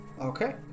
Okay